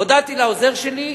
הודעתי לעוזר שלי: